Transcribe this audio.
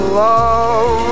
love